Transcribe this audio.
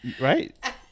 right